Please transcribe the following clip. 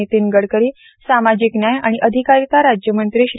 नितीन गडकरी सामाजिक न्याय आणि अधिकारिता राज्य मंत्री श्री